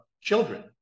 children